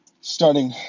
starting